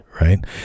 Right